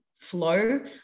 flow